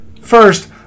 first